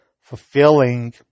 fulfilling